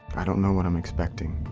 i don't know what i'm expecting.